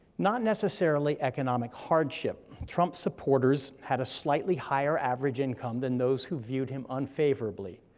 not necessarily economic hardship trump supporters had a slightly higher average income than those who viewed him unfavorably,